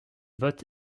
vote